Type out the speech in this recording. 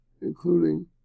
including